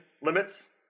limits